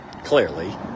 clearly